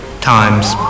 times